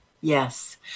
Yes